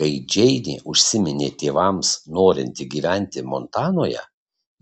kai džeinė užsiminė tėvams norinti gyventi montanoje